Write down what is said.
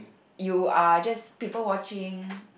you are just people watching